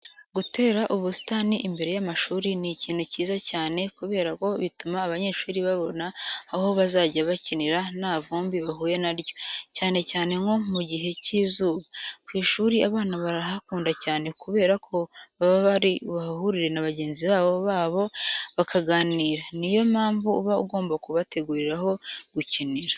Gutera ubusitani imbere y'amashuri ni ikintu cyiza cyane kubera ko bituma abanyeshuri babona aho bazajya bakinira nta vumbi bahuye na ryo, cyane cyane nko mu gihe cy'izuba. Ku ishuri abana barahakunda cyane kubera ko baba bari buhure na bagenzi babo bagakina, niyo mpamvu uba ugomba kubategurira aho gukinira.